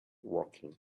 working